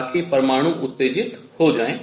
ताकि परमाणु उत्तेजित हो जाएं